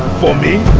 for me?